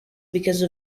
because